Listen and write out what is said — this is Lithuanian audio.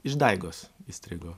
išdaigos įstrigo